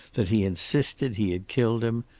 that he insisted he had killed him,